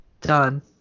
Done